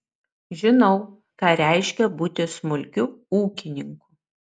žinau ką reiškia būti smulkiu ūkininku